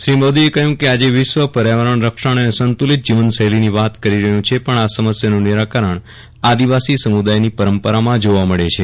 શ્રી મોદીએ કહ્યું કે આજે વિશ્વ પર્યાવરણ રક્ષણ અને સંતુલિત જીવન શૈલીની વાત કરી રહ્યું છે પણ આ સમસ્યાનું નિરાકરણ આદીવાસી સમુદાયની પરંપરામાં જોવા મળે છે